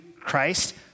Christ